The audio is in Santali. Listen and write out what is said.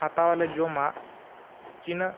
ᱦᱟᱛᱟᱣᱟᱞᱮ ᱡᱚᱢᱟᱜ ᱛᱤᱱᱟᱹᱜ